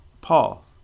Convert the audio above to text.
Paul